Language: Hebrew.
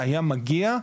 היה מגיע,